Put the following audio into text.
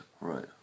Right